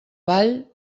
ball